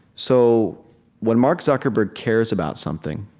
so when mark zuckerberg cares about something,